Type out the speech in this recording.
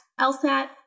LSAT